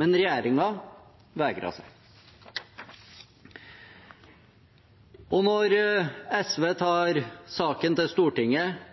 Men regjeringen vegret seg. Når SV tar saken til Stortinget